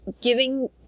giving